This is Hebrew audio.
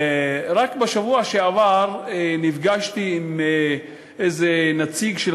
רק בשבוע שעבר נפגשתי עם איזה נציג של